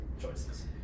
choices